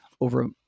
over